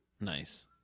Nice